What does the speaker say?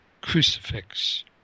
crucifix